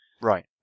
Right